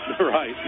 Right